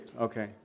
okay